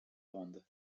rendent